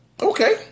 Okay